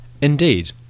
Indeed